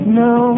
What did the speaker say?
no